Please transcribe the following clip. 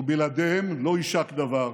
ובלעדיהם לא יישק דבר.